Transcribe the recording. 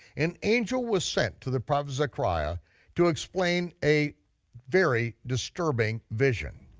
an angel was sent to the prophet zechariah to explain a very disturbing vision.